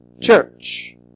church